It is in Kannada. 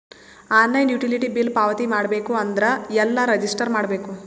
ಆನ್ಲೈನ್ ಯುಟಿಲಿಟಿ ಬಿಲ್ ಪಾವತಿ ಮಾಡಬೇಕು ಅಂದ್ರ ಎಲ್ಲ ರಜಿಸ್ಟರ್ ಮಾಡ್ಬೇಕು?